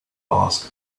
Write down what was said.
ask